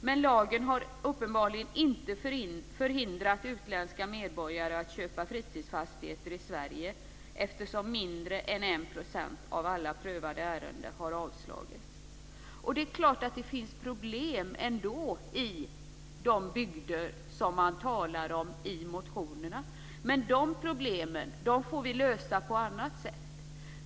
Men lagen har uppenbarligen inte förhindrat utländska medborgare att köpa fritidsfastigheter i Sverige, eftersom mindre än 1 % av alla prövade ärenden har avslagits. Det är klart att det finns problem ändå i de bygder som man talar om i motionerna. Men dessa problem får vi lösa på annat sätt.